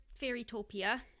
Fairytopia